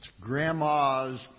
grandma's